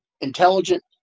intelligent